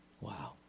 Wow